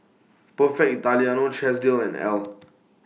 Perfect Italiano Chesdale and Elle